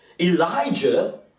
Elijah